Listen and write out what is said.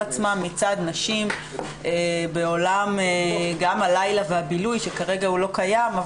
עצמם מצד נשים בעולם הלילה והבילוי שכרגע הוא לא קיים,